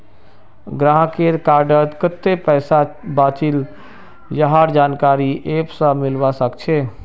गाहकेर कार्डत कत्ते पैसा बचिल यहार जानकारी ऐप स मिलवा सखछे